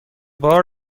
بار